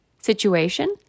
situation